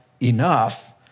enough